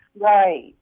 Right